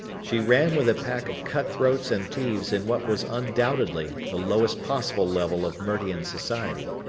she ran with a pack of cutthroats and thieves in what was undoubtedly the lowest possible level of mertian society.